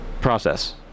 process